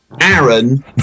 Aaron